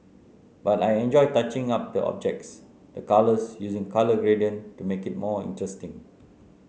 but I enjoy touching up the objects the colours using colour gradient to make it more interesting